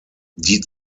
die